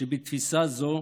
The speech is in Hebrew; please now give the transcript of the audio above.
שבתפיסה זו,